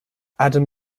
adam